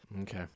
okay